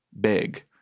big